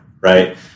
right